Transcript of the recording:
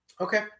Okay